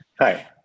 Hi